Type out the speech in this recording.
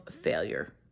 failure